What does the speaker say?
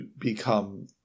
become